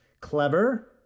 clever